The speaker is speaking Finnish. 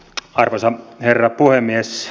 arvoisa herra puhemies